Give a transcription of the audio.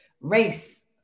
race